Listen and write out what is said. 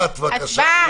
הצבעה.